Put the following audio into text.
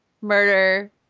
murder